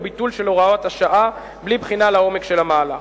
מביטול של הוראת השעה בלי בחינה לעומק של המהלך.